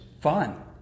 fun